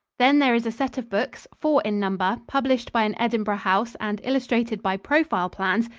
then there is a set of books, four in number, published by an edinburgh house and illustrated by profile plans,